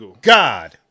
God